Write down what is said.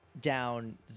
down